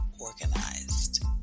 Organized